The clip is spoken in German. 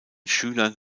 schülern